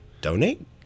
donate